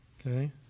Okay